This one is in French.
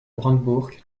brandebourg